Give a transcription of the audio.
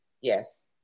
Yes